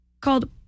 called